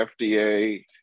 FDA